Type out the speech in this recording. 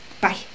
Bye